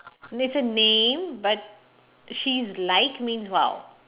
it's a name but she's like means how